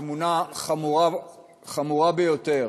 תמונה חמורה ביותר.